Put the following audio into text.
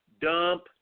dump